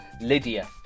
Lydia